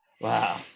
Wow